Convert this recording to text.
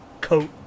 coat